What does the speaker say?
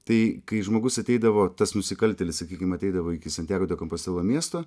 tai kai žmogus ateidavo tas nusikaltėlis sakykim ateidavo iki santjago de kompostelo miesto